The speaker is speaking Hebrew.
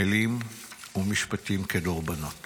מילים ומשפטים כדורבנות